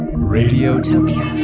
radiotopia